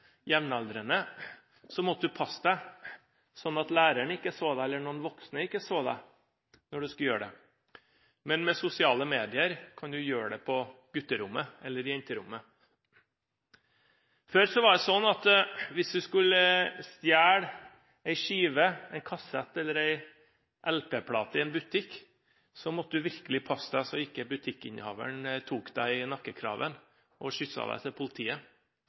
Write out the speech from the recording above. måtte du passe deg sånn at ikke læreren eller noen voksne så deg når du skulle gjøre det. Men med sosiale medier kan du gjøre det på gutterommet eller jenterommet. Før var det sånn at hvis du skulle stjele en skive, en kassett eller en LP-plate, i en butikk, måtte du virkelig passe deg så ikke butikkinnehaveren tok deg i nakkekraven og skysset deg til politiet.